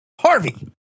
Harvey